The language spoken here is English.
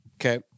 Okay